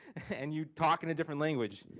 and you talk in a different language.